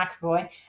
McAvoy